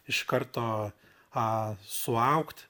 iš karto a suaugt